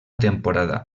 temporada